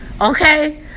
Okay